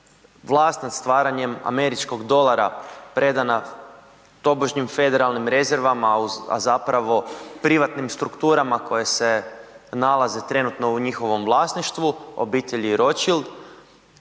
vlast nad stvaranjem američkog dolara predana tobožnjim federalnim rezervama a zapravo privatnim strukturama koje se nalaze trenutno u njihovom vlasništvu, obitelji Rotschild,